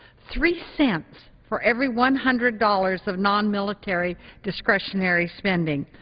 three cents for every one hundred dollars of nonmilitary discretionary spending.